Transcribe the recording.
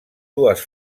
dues